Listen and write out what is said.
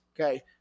Okay